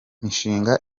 imishinga